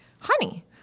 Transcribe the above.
Honey